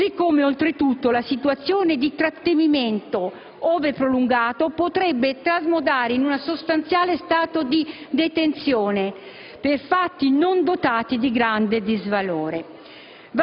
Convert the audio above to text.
Così come, oltretutto, la situazione di trattenimento, ove prolungato, potrebbe trasmodare in un sostanziale stato di detenzione per fatti non dotati di grande disvalore.